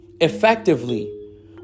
Effectively